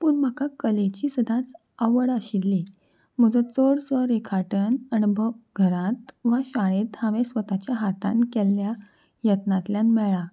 पूण म्हाका कलेची सदांच आवड आशिल्ली म्हजो चडसो रेखाटन अणभव घरांत वा शाळेंत हांवें स्वताच्या हातान केल्ल्या यत्नांतल्यान मेळ्ळां